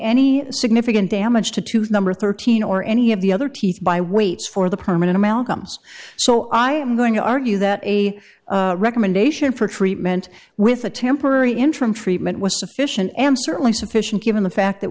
any significant damage to tooth number thirteen or any of the other teeth by waits for the permanent amalgams so i am going to argue that a recommendation for treatment with a temporary interim treatment was sufficient am certainly sufficient given the fact that